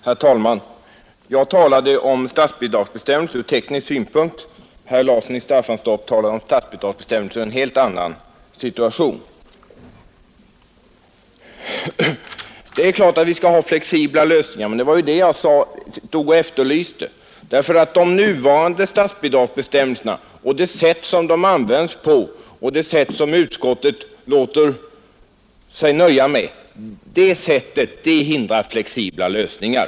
Herr talman! Jag talade om statsbidragsbestämmelser ur teknisk synpunkt. Herr Larsson i Staffanstorp talade om statsbidragsbestämmelser i en helt annan situation. Det är klart att vi skall ha flexibla lösningar; det var ju också sådana jag efterlyste. Men de nuvarande statsbidragsbestämmelser och det sätt som de används på — som utskottet låter sig nöja med — hindrar flexibla lösningar.